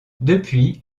depuis